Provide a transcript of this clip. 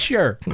Sure